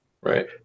Right